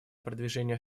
продвижения